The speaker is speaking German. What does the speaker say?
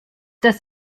das